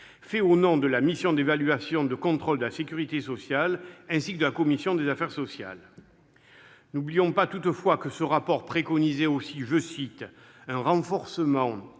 fait au nom de la mission d'évaluation et de contrôle de la sécurité sociale et de la commission des affaires sociales. N'oublions toutefois pas que ce rapport préconisait aussi, je cite, « un renforcement